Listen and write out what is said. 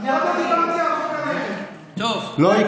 לא דיברתי על חוק הנכד, לא יקרה.